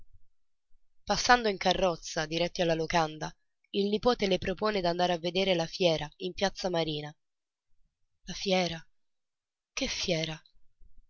passando in carrozza diretti alla locanda il nipote le propone d'andare a veder la fiera in piazza marina la fiera che fiera